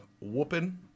whooping